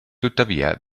tuttavia